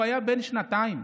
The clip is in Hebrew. היה בן שנתיים.